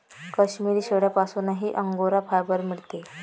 काश्मिरी शेळ्यांपासूनही angora fibre मिळते